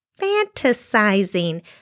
fantasizing